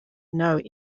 know